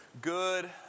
good